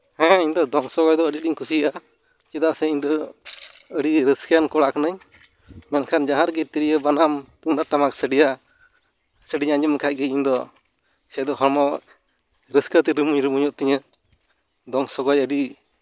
ᱦᱮᱸ ᱤᱧ ᱫᱚ ᱫᱚᱝ ᱥᱚᱜᱚᱭ ᱫᱚ ᱟᱹᱰᱤ ᱟᱸᱴᱤᱧ ᱠᱩᱥᱤᱭᱟᱜᱼᱟ ᱪᱮᱫᱟᱜ ᱥᱮ ᱤᱧ ᱫᱚ ᱟᱹᱰᱤ ᱨᱟᱹᱥᱠᱟᱹᱣᱟᱱ ᱠᱚᱲᱟ ᱠᱟᱹᱱᱟᱹᱧ ᱵᱟᱝᱠᱷᱟᱱ ᱡᱟᱦᱟᱸ ᱨᱮᱜᱮ ᱛᱨᱤᱭᱳ ᱵᱟᱱᱟᱢ ᱛᱩᱢᱫᱟᱹᱜ ᱴᱟᱢᱟᱠ ᱥᱟᱰᱮᱭᱟ ᱥᱟᱰᱮᱧ ᱟᱸᱡᱚᱢ ᱞᱮᱠᱷᱟᱡ ᱜᱮ ᱤᱧ ᱫᱚ ᱥᱮᱫᱚ ᱦᱚᱲᱢᱚ ᱨᱟᱹᱥᱠᱟᱹ ᱛᱮ ᱨᱩᱢᱩᱭ ᱨᱩᱢᱩᱭᱚᱜ ᱛᱤᱧᱟᱹ ᱫᱚᱝ ᱥᱚᱜᱚᱭ ᱟᱹᱰᱤ